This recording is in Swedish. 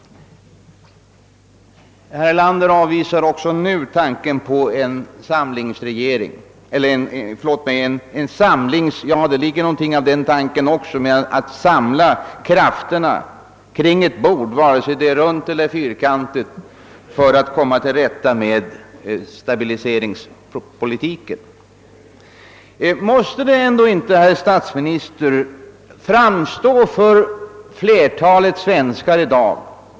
Herr Erlander avvisar åter tanken på en samling kring ett bord, runt eller fyrkantigt, för att komma till rätta med stabiliseringsproblemen.